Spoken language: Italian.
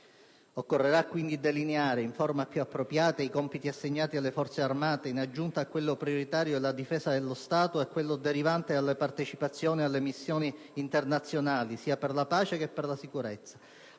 Occorrerà, quindi, delineare in forma più appropriata i compiti assegnati alle Forze armate, in aggiunta a quello prioritario della difesa dello Stato e a quello derivante dalla partecipazione alle missioni internazionali per la pace e la sicurezza,